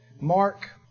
Mark